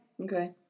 okay